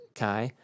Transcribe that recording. kai